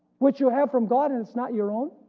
which you have from god and it's not your own?